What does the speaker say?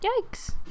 Yikes